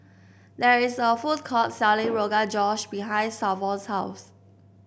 there is a food court selling Rogan Josh behind Savon's house